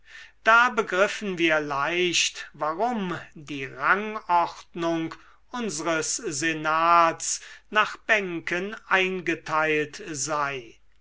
da begriffen wir leicht warum die rangordnung unsres senats nach bänken eingeteilt sei